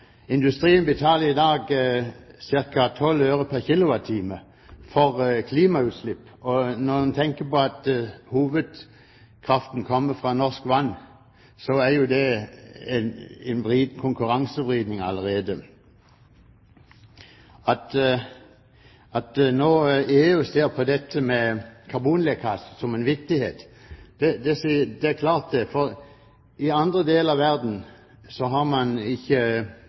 Industrien betaler i dag ca. 12 øre/ kWh for klimautslipp, og når man tenker på at hovedkraften kommer fra norsk vann, er jo det en konkurransevridning allerede. At EU nå ser på dette med karbonlekkasje som viktig, er klart, for i andre deler av verden har man ikke